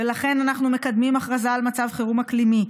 ולכן אנחנו מקדמים הכרזה על מצב חירום אקלימי.